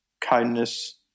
kindness